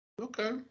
Okay